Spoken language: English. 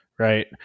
Right